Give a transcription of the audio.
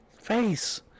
face